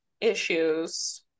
issues